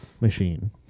machine